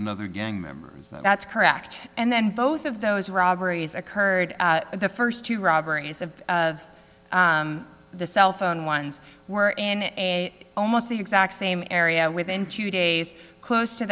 another gang member that's correct and then both of those robberies occurred the first two robberies of of the cell phone ones were in a almost the exact same area within two days close to